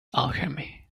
alchemy